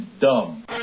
dumb